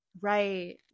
Right